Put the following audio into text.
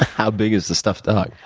how big is the stuffed dog?